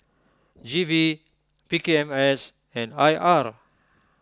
G V P K M S and I R